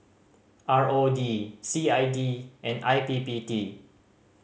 R O D C I D and I P P T